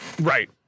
Right